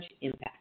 impact